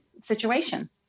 situation